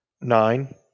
Nine